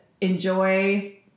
enjoy